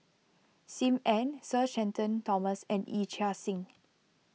Sim Ann Sir Shenton Thomas and Yee Chia Hsing